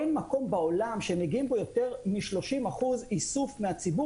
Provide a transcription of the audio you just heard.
אין מקום בעולם שמגיעים בו ליותר מ-30% איסוף מהציבור